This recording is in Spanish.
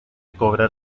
cobrar